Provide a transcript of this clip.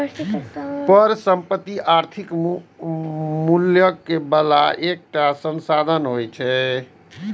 परिसंपत्ति आर्थिक मूल्य बला एकटा संसाधन होइ छै